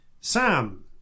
Sam